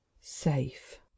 safe